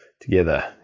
together